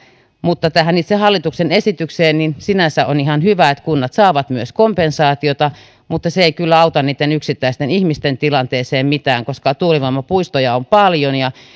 mutta tähän itse hallituksen esitykseen sinänsä on ihan hyvä että kunnat saavat myös kompensaatiota mutta se ei kyllä auta niitten yksittäisten ihmisten tilanteeseen mitään koska tuulivoimapuistoja on paljon ja